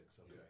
okay